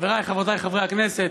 חבריי חברותיי חברי הכנסת,